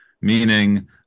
meaning